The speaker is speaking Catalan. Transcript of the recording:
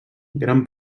gran